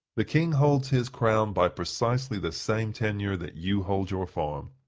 the king holds his crown by precisely the same tenure that you hold your farm.